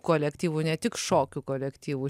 kolektyvų ne tik šokių kolektyvų